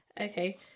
Okay